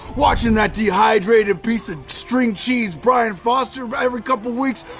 watching that dehydrated piece of string cheese brian foster, every couple of weeks,